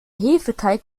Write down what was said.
hefeteig